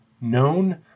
known